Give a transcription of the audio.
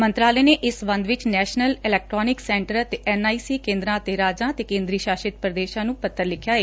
ਮੰਤਰਾਲੇ ਨੇ ਇਸ ਸਬੰਧ ਵਿਚ ਨੈਸ਼ਨਲ ਇਲੈਕਟਰੋਨਿਕ ਸੈਂਟਰ ਅਤੇ ਐਨਆਈਸੀ ਕੇਂਦਰਾਂ ਅਤੇ ਰਾਜਾਂ ਅਤੇ ਕੇਂਦਰੀ ਸ਼ਾਸਿਤ ਪ੍ਦੇਸ਼ਾਂ ਨੁੰ ਪੱਤਰ ਲਿਖਿਆ ਏ